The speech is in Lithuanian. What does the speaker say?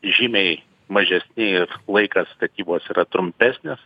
žymiai mažesni ir laikas statybos yra trumpesnis